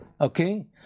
okay